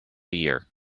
year